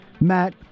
Matt